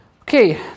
Okay